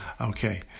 Okay